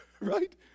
Right